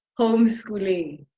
homeschooling